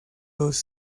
los